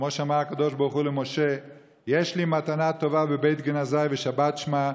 כמו שאמר הקדוש ברוך הוא למשה: "מתנה טובה יש לי בבית גנזי ושבת שמה,